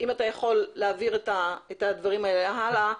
אם אתה יכול להעביר את הדברים האלה הלאה,